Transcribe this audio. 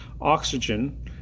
oxygen